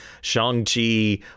Shang-Chi